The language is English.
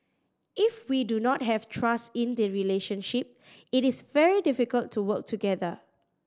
if we do not have trust in the relationship it is very difficult to work together